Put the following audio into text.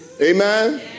Amen